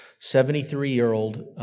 73-year-old